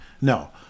No